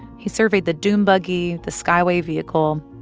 he surveyed the dune buggy, the skyway vehicle.